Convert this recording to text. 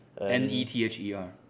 N-E-T-H-E-R